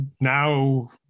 now